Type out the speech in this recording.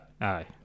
Aye